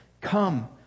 Come